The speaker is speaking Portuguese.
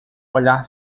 olhar